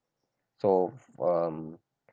so um